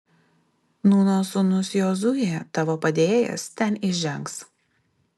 nūno sūnus jozuė tavo padėjėjas ten įžengs